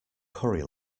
curry